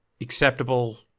Acceptable